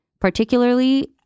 particularly